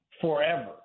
forever